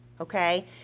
Okay